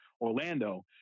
Orlando